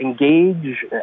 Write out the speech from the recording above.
engage